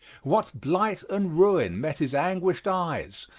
what blight and ruin met his anguished eyes,